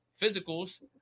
physicals